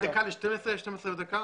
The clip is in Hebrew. דקה ל-12:00 או 12:01?